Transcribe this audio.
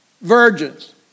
virgins